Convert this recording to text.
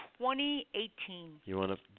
2018